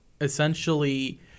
essentially